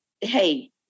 Hey